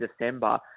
December